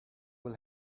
will